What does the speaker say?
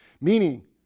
Meaning